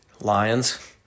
Lions